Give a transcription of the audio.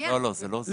לא, זה לא זה.